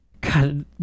God